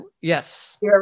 Yes